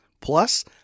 Plus